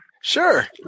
Sure